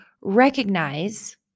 recognize